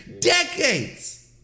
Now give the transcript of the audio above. decades